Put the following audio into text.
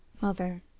mother